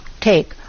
take